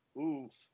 Oof